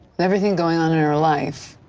everything going on in her life,